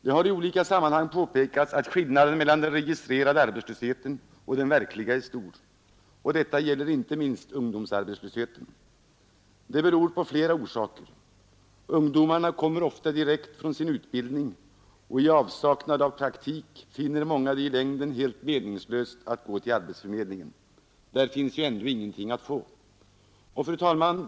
Det har i olika sammanhang påpekats att skillnaden mellan den registrerade arbetslösheten och den verkliga är stor, och detta gäller inte minst ungdomsarbetslösheten. Det har flera orsaker. Ungdomarna kommer ofta direkt från sin utbildning, och i avsaknad av praktik finner många det i längden helt meningslöst att gå till arbetsförmedlingen. Där finns ju ändå ingenting att få. Fru talman!